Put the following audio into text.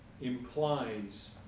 implies